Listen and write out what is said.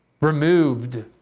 Removed